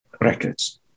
records